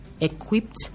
equipped